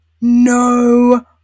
No